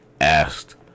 asked